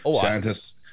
scientists